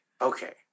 Okay